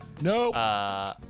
No